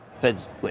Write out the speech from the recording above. Fed's